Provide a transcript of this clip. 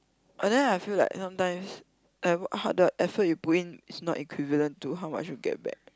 and then I feel like sometimes like the how the effort you put in is not equivalent to how much you get back